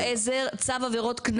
אדוני, לצד חוקי העזר, צו עבירות קנס